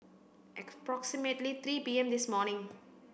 approximately three P M this morning